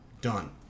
Done